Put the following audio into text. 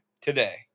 today